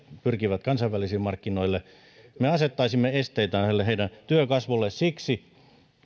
pyrkivät kansainvälisille markkinoille että me asettaisimme esteitä heidän työnsä kasvulle siksi